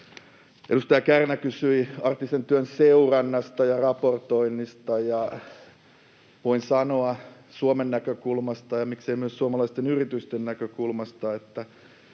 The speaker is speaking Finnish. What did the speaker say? Edustaja Kärnä kysyi arktisen työn seurannasta ja raportoinnista, ja voin sanoa Suomen näkökulmasta ja miksei myös suomalaisten yritysten näkökulmasta, että